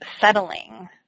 settling